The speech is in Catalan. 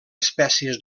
espècies